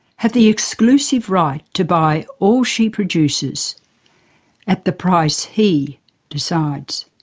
have the exclusive right to buy all she produces at the price he decides.